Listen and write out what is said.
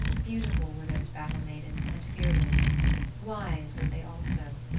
beautiful were those battle-maidens and fearless wise were they also,